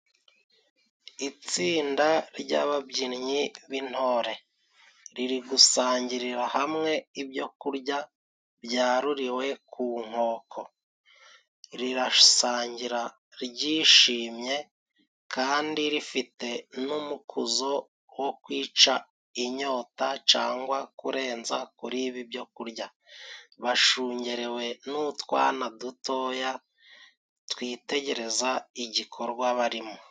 Itsinda ry’ababyinnyi b’intore riri gusangirira hamwe ibyo kurya byaruriwe ku nkoko. Rirasangira ryishimye kandi rifite n’umukuzo wo kwica inyota cangwa kurenza kuri ibi byo kurya. Bashungerewe n’utwana dutoya twitegereza igikorwa barimo.